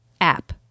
app